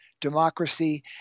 democracy